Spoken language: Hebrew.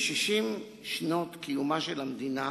ב-60 שנות קיומה של המדינה